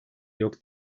yok